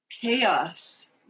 chaos